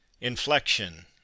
Inflection